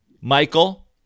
Michael